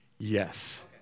Yes